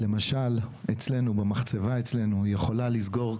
למשל אצלנו במחצבה אצלנו יכולה לסגור,